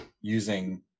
using